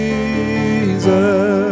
Jesus